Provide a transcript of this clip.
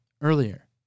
earlier